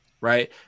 right